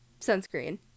sunscreen